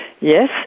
Yes